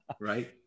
right